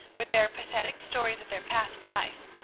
with their pathetic stories of their past life.